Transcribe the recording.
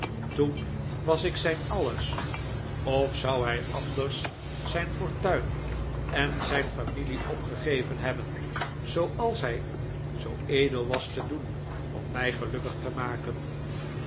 toen was ik zijn alles ofzouhij anders zijn fortuin en zijn familie opgegeven hebben zooals hij zoo edel was te doen om mij gelukkig te maken